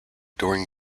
during